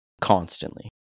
constantly